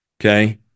Okay